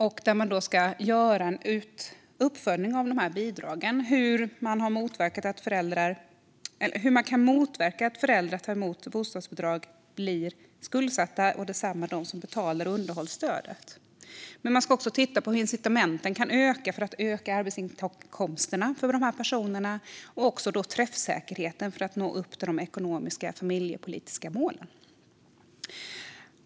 Utredningen ska göra en uppföljning av dessa bidrag och titta på hur man kan motverka att föräldrar som tar emot bostadsbidrag eller betalar underhållsstöd blir skuldsatta. Den ska också titta på incitamenten för att öka arbetsinkomsterna för dessa personer samt träffsäkerheten när det gäller att nå upp till de ekonomiska familjepolitiska målen.